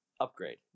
Upgrade